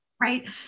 Right